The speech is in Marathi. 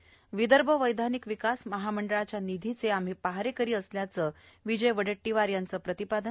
त विदर्भ वैधानिक विकास महामंडळाच्या निधीचे आम्ही पहारेकरी असल्याचं विजय वडेट्टीवार यांचं प्रतिपादन